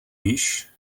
již